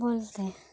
ᱵᱚᱞᱛᱮ